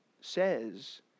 says